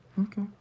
Okay